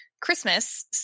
Christmas